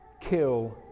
kill